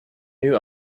new